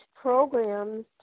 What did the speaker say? programs